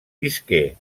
visqué